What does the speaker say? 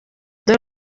dore